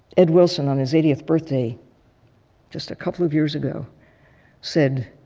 ed wilson on his eightieth birthday just a couple of years ago said,